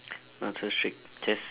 not so strict just